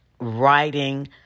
writing